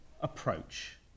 approach